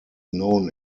known